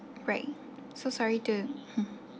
right so sorry to hmm